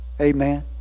Amen